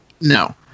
No